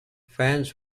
fans